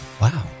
Wow